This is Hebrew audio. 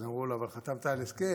אז אמרו לו: אבל חתמת על הסכם,